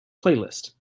playlist